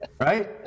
Right